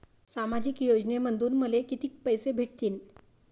सामाजिक योजनेमंधून मले कितीक पैसे भेटतीनं?